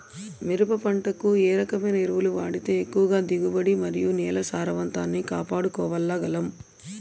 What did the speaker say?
మిరప పంట కు ఏ రకమైన ఎరువులు వాడితే ఎక్కువగా దిగుబడి మరియు నేల సారవంతాన్ని కాపాడుకోవాల్ల గలం?